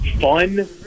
fun